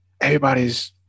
everybody's